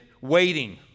Waiting